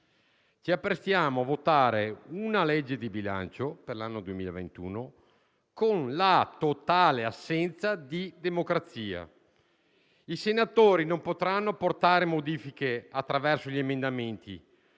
Ci apprestiamo a votare una legge di bilancio per l'anno 2021 in totale assenza di democrazia. I senatori non potranno apportare modifiche attraverso gli emendamenti